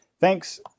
Thanks